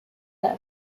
left